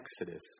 exodus